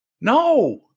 No